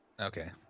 Okay